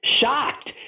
shocked